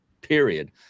period